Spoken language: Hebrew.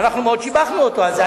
אנחנו מאוד שיבחנו אותו על זה.